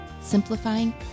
simplifying